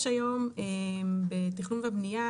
יש היום בתכנון ובנייה,